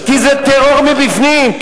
כי זה טרור מבפנים.